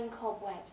cobwebs